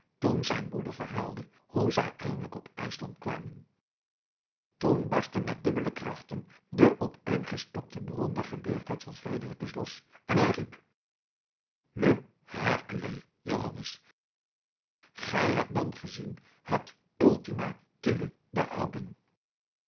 toen zijn broeder verhaalde hoe zij eindelijk op ijsland kwamen toen barstte met dubbele krachten de opeengestopte bron der geleerdheid van fredericus los en hij riep me hercule johannes gij hebt dan gezien het ultima thule der